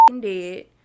dead